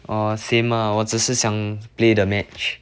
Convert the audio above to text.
orh same ah 我只是想 play the match